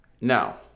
Now